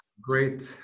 great